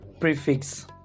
prefix